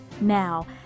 now